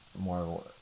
more